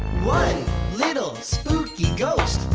one little spooky ghost,